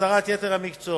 בהסדרת יתר המקצועות.